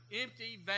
empty